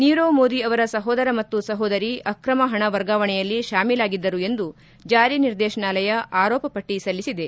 ನೀರವ್ ಮೋದಿ ಅವರ ಸಹೋದರ ಮತ್ತು ಸಹೋದರಿ ಆಕ್ರಮ ಪಣ ವರ್ಗಾವಣೆಯಲ್ಲಿ ಶಾಮೀಲಾಗಿದ್ದರು ಎಂದು ಜಾರಿ ನಿರ್ದೇಶನಾಲಯ ಆರೋಪ ಪಟ್ಟ ಸಲ್ಲಿಸಿದೆ